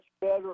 better